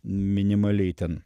minimaliai ten